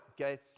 okay